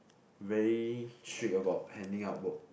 very strict about handing up work